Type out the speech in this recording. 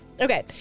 okay